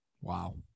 Wow